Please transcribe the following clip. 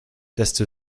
desto